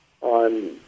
on